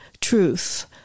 truth